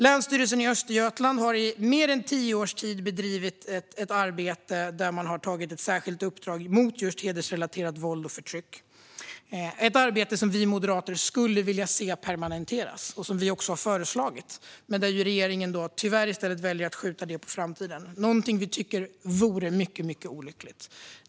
Länsstyrelsen i Östergötland har i mer än tio års tid bedrivit ett arbete med utgångspunkt i ett särskilt uppdrag mot just hedersrelaterat våld och förtryck. Vi moderater skulle vilja se att detta arbete blev permanent, vilket vi också har föreslagit. Men regeringen väljer tyvärr att skjuta detta på framtiden, vilket vi tycker är mycket olyckligt.